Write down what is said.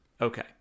Okay